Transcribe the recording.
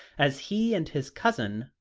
as he and his cousin,